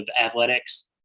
athletics